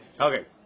Okay